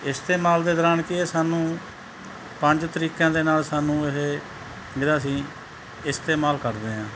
ਇਸਤੇਮਾਲ ਦੇ ਦੌਰਾਨ ਕੀ ਹੈ ਸਾਨੂੰ ਪੰਜ ਤਰੀਕਿਆਂ ਦੇ ਨਾਲ ਸਾਨੂੰ ਇਹ ਇਹਦਾ ਅਸੀਂ ਇਸਤੇਮਾਲ ਕਰਦੇ ਹਾਂ